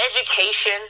education